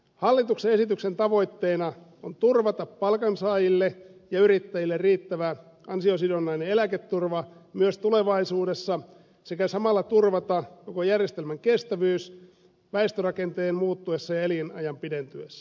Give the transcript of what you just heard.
hallituksen esityksen tavoitteena on turvata palkansaajille ja yrittäjille riittävä ansiosidonnainen eläketurva myös tulevaisuudessa sekä samalla turvata koko järjestelmän kestävyys väestörakenteen muuttuessa ja elinajan pidentyessä